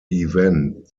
event